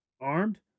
Armed